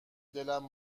دلم